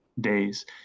days